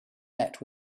met